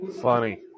Funny